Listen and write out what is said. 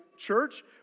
church